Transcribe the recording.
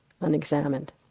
unexamined